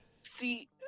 See